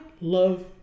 love